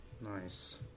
Nice